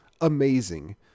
amazing